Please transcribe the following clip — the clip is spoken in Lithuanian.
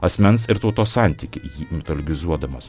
asmens ir tautos santykį jį mitoligizuodamas